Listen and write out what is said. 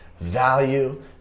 value